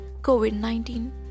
COVID-19